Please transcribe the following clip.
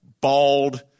bald